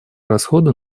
расходы